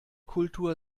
kultur